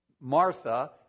Martha